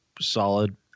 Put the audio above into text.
Solid